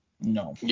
No